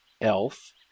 elf